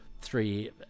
three